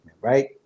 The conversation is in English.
Right